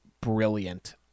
brilliant